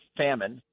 famine